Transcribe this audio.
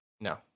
No